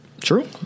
True